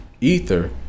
Ether